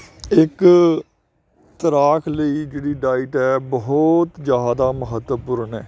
ਇੱਕ ਤੈਰਾਕ ਲਈ ਜਿਹੜੀ ਡਾਇਟ ਹੈ ਬਹੁਤ ਜ਼ਿਆਦਾ ਮਹੱਤਵਪੂਰਨ ਹੈ